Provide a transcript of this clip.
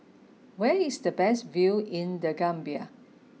where is the best view in The Gambia